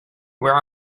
where